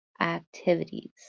activities